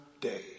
day